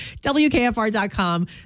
WKFR.com